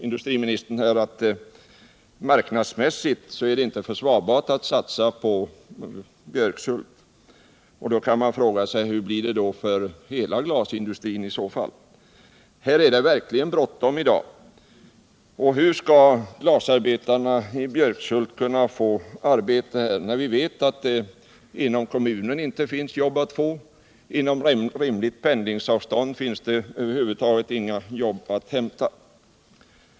Industriministern säger här att det marknadsmässigt inte är försvarbart att satsa på glashyttan i Björkshult. Då kan man fråga sig: Hur blir det för glasindustrin i dess helhet? Det är verkligen bråttom med svaret på den frågan i dag. Hur skall glasarbetarna i Björkshult få arbete, när vi vet att det inom kommunen inte finns jobb att få? Inom rimligt pendlingsavstånd finns det över huvud taget inget jobb att hämta.